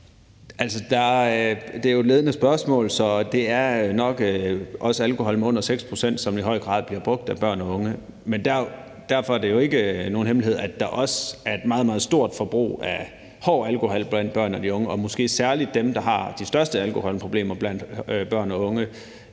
Det er jo et ledende spørgsmål. Det er nok alkohol på under 6 pct., som i høj grad bliver drukket af børn og unge. Men det er jo ikke nogen hemmelighed, at der også er et meget, meget stort forbrug af hård alkohol blandt børn og unge. Måske kan man sige, at særlig dem, der har de største alkoholproblemer blandt børn og unge,